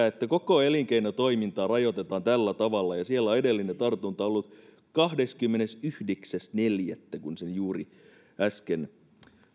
että koko elinkeinotoimintaa rajoitetaan tällä tavalla ja siellä on edellinen tartunta ollut kahdeskymmenesyhdeksäs neljättä niin kuin sen juuri äsken